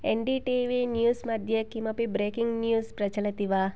N D T V news मध्ये किमपि breaking news प्रचलति वा